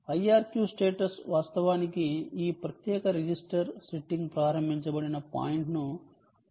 IRQ status వాస్తవానికి ఈ ప్రత్యేక రిజిస్టర్ సెట్టింగ్ ప్రారంభించబడిన పాయింట్ను కోడ్లో మీకు చూపిస్తాను